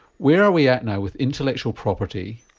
where are we at now with intellectual property,